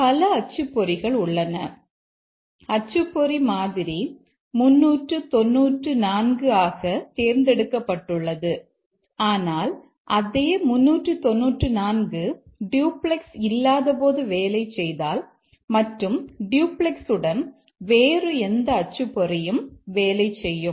பல அச்சுப்பொறிகள் உள்ளன அச்சுப்பொறி மாதிரி 394 ஆகத் தேர்ந்தெடுக்கப்பட்டுள்ளது ஆனால் அதே 394 டூப்ளக்ஸ் இல்லாதபோது வேலை செய்தால் மற்றும் டூப்ளெக்ஸுடன் வேறு எந்த அச்சுப்பொறியும் வேலை செய்யும்